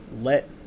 let